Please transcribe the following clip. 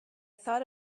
thought